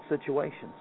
situations